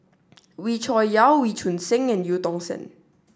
Wee Cho Yaw Wee Choon Seng and Eu Tong Sen